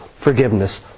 forgiveness